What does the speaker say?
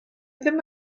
ddim